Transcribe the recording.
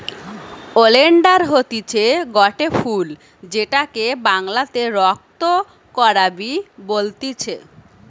oleander হতিছে গটে ফুল যেটাকে বাংলাতে রক্ত করাবি বলতিছে